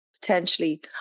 potentially